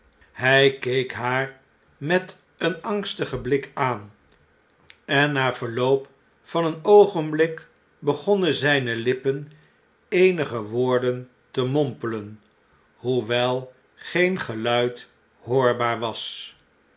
hg keek haar met een angstigen blik aan en na verloop van een oogenblik begonnen zijne uppen eenige woorden te mompelen hoewel geen geluid hoorbaar was